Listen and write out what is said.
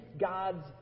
God's